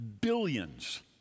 billions